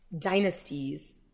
dynasties